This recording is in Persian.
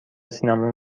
سینما